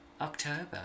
October